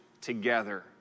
together